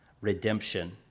redemption